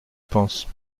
penses